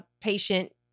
patient